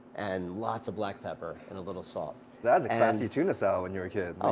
and lots of black pepper and a little salt that's a classy tuna salad when you're a kid.